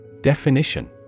Definition